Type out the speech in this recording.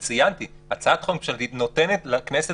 לכן ציינתי שהצעת החוק הממשלתית נותנת לכנסת